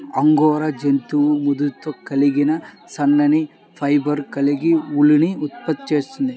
angora జంతువు మృదుత్వం కలిగిన సన్నని ఫైబర్లు కలిగిన ఊలుని ఉత్పత్తి చేస్తుంది